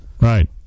Right